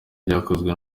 ibyakozwe